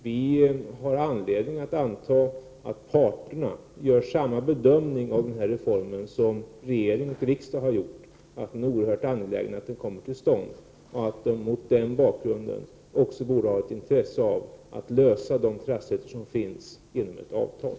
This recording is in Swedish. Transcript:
Vi har anledning att anta att parterna gör samma bedömning av denna reform som regeringen och riksdagen har gjort, att det är oerhört angeläget att reformen kommer till stånd. Mot den bakgrunden borde alla ha intresse av att lösa de trassligheter som finns inom ett avtal.